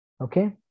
Okay